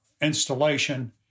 installation